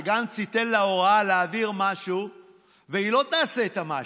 וגם אם תיתן לה הוראה להעביר משהו והיא לא תעשה את המשהו,